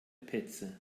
petze